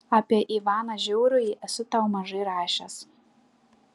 apie ivaną žiaurųjį esu tau mažai rašęs